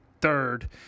third